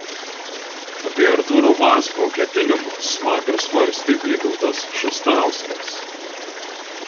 apie artūro vazbio ketinimus vakar svarstė vytautas šustauskas